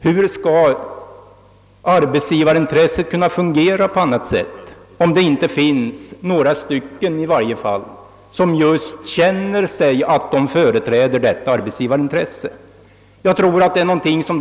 Hur skall dessa kunna fungera, om det inte finns i varje fall några få som känner sig företräda dem?